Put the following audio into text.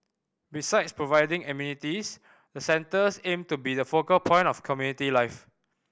besides providing amenities the centres aim to be the focal point of community life